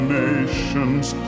nations